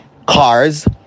cars